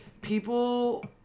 people